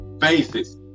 Faces